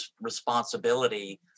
responsibility